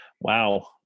Wow